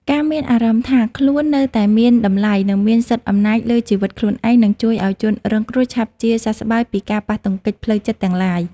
ការមានអារម្មណ៍ថាខ្លួននៅតែមានតម្លៃ និងមានសិទ្ធិអំណាចលើជីវិតខ្លួនឯងនឹងជួយឱ្យជនរងគ្រោះឆាប់ជាសះស្បើយពីការប៉ះទង្គិចផ្លូវចិត្តទាំងឡាយ។